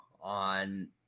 on